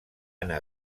anar